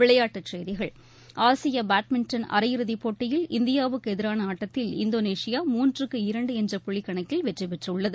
விளையாட்டுச் செய்திகள் ஆசிய பேட்மிண்டன் அரையிறுதி போட்டியில் இந்தியாவுக்கு எதிரான இந்தோனேஷியா மூன்றுக்கு இரண்டு என்ற புள்ளி கணக்கில் வெற்றி பெற்றுள்ளது